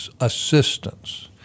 assistance